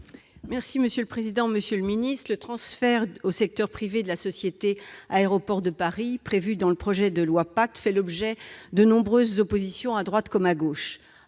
Monsieur le secrétaire d'État, le transfert au secteur privé de la société Aéroports de Paris, ou ADP, prévu dans le projet de loi PACTE fait l'objet de nombreuses oppositions, à droite comme à gauche.